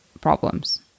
problems